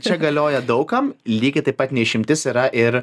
čia galioja daug kam lygiai taip pat ne išimtis yra ir